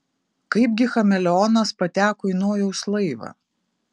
kaipgi chameleonas pateko į nojaus laivą